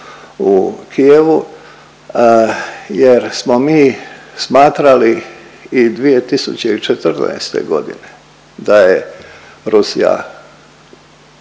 u Kijevu jer smo mi smatrali i 2014.g. da je Rusija